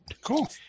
Cool